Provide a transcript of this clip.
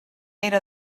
era